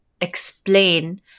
explain